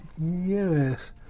yes